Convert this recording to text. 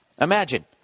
Imagine